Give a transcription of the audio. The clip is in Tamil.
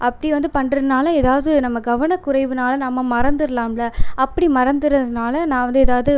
அப்படி வந்து பண்ணுறனால ஏதாவது நம்ம கவனக்குறைவினால நம்ம மறந்துட்லாம்ல அப்படி மறந்துறதுனால் நான் வந்து ஏதாவது